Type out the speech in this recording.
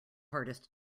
hardest